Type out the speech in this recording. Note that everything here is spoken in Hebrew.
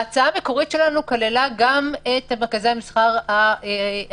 ההצעה המקורית שלנו כללה גם את מרכזי המסחר הפתוחים.